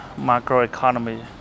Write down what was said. macroeconomy